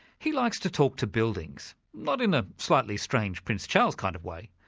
he likes to talk to buildings, not in a slightly strange prince charles kind of way,